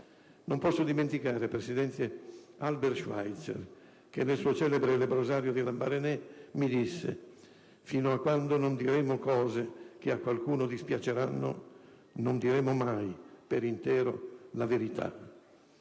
Non posso dimenticare, signor Presidente, Albert Schweitzer che, nel suo celebre lebbrosario di Lambaréné, mi disse: «Fino a quando non diremo cose che a qualcuno dispiaceranno non diremo mai per intero la verità».